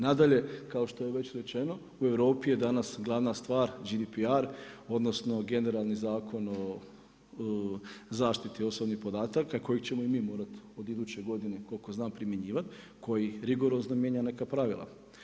Nadalje, kao što je već rečeno, u Europi je danas glavna stvar GPR, odnosno generalni zakon o zaštiti osobnih podataka, kojeg ćemo i mi morati od iduće godine, koliko znam primjenjivat, koji rigorozno mijenja neka pravila.